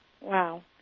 Wow